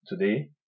Today